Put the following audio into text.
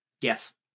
Yes